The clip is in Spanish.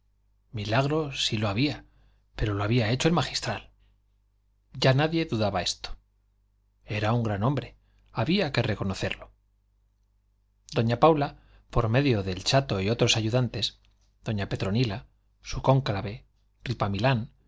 milagro sí lo había pero lo había hecho el magistral ya nadie dudaba esto era un gran hombre había que reconocerlo doña paula por medio del chato y otros ayudantes doña petronila su cónclave